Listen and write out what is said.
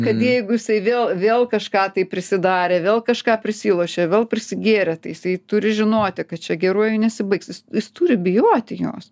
kad jeigu jisai vėl vėl kažką tai prisidarė vėl kažką prisilošė vėl prisigėrė jisai turi žinoti kad čia geruoju nesibaigs jis turi bijoti jos